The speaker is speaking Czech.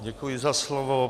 Děkuji za slovo.